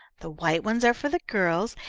the white ones are for the girls,